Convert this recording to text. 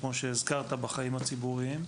בחיים הציבוריים.